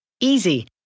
Easy